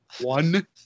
one